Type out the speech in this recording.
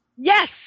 Yes